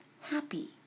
happy